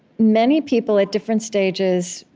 many people, at different stages,